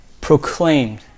proclaimed